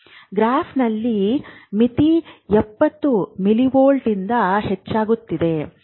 ಗ್ರಾಫ್ನಲ್ಲಿ ಮಿತಿ 70 ಮಿಲಿವೋಲ್ಟ್ನಿಂದ ಹೆಚ್ಚುತ್ತಿದೆ